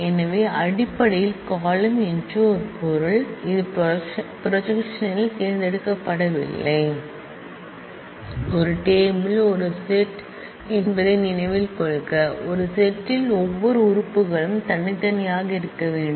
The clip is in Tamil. எனவே அடிப்படையில் காலம்ன் என்று பொருள் இது ப்ரொஜெக்க்ஷன் ல் தேர்ந்தெடுக்கப்படவில்லை ஒரு டேபிள் ஒரு செட் என்பதை நினைவில் கொள்க ஒரு செட்டில் ஒவ்வொரு எலிமென்ட் களும் தனித்தனியாக இருக்க வேண்டும்